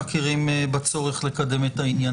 הזאת למודעות ולגרום לרשויות לקיים את הוראות